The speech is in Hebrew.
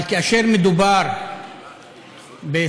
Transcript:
אבל כאשר מדובר בשר,